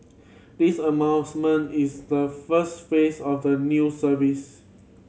this announcement is the first phase of the new service